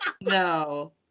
No